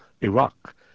Iraq